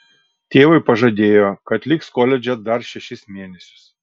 tėvui pažadėjo kad liks koledže dar šešis mėnesius